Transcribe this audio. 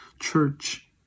church